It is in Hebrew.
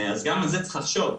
אז גם על זה צריך לחשוב,